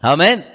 Amen